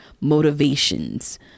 motivations